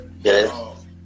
Yes